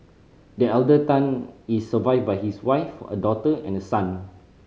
the elder Tan is survived by his wife a daughter and a son